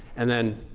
and then,